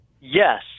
Yes